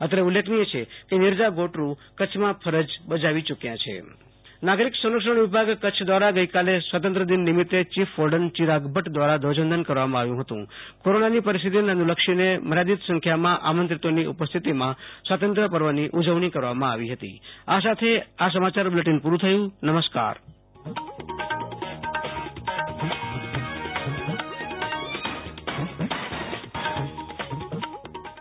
અત્રે ઉલ્લેખનીય છે કે નિરજા ગોટર્ડ કચ્છમાં ફરજ બજાવી ચૂ ક્યા છે આશુ તોષ અંતાણી ક ચ્છઃનાગરિક સંરક્ષણઃધ્વજવંદનઃ નાગરિક સંરક્ષણ વિભાગ કચ્છ દ્વારા ગઈકાલે સ્વાતંત્ર્યદિન નિમિત્તે ચીફ વોર્ડન ચિરાગ ભદ દ્વારા ધ્વજવંદન કરવામાં આવ્યું હતું કોરોનાની પરિસ્થિતિને અનુલક્ષીને મર્યાદિત સંખ્યામાં આમંત્રિતોની ઉપસ્થિતિમાં સ્વાતંત્ર્ય પર્વની ઉજવણી કરવામાં આવી હતી આશુ તોષ અંતાણી